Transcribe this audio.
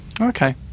Okay